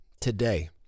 today